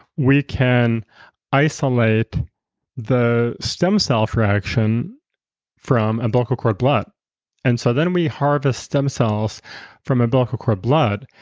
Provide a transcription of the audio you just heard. we can isolate the stem cell fraction from umbilical cord blood and so then we harvest stem cells from umbilical cord blood.